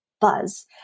buzz